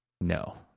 No